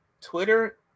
Twitter